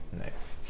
next